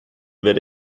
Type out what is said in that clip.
werde